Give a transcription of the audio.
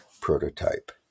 prototype